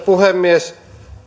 puhemies myös